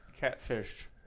catfish